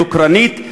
דוקרנית,